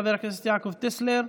חבר הכנסת יעקב טסלר.